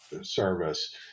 service